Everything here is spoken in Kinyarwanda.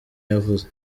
yavuze